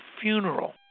funeral